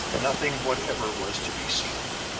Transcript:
nothing whatever was to be seen.